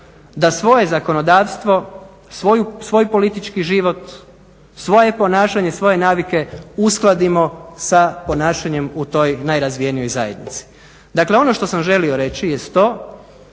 da svoje zakonodavstvo, svoj politički život, svoje ponašanje, svoje navike uskladimo sa ponašanjem u toj najrazvijenijoj zajednici. Dakle, ono što sam želio reći je to